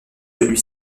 celui